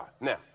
now